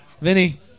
Vinny